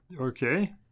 Okay